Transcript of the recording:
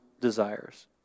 desires